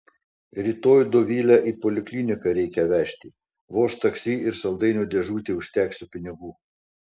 rytoj dovilę į polikliniką reikia vežti vos taksi ir saldainių dėžutei užteksiu pinigų